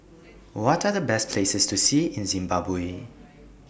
What Are The Best Places to See in Zimbabwe